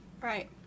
Right